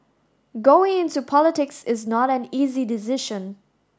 going into politics is not an easy decision